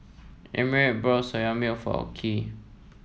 Emmitt bought Soya Milk for Okey